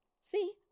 See